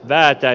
täältä